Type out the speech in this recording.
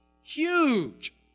Huge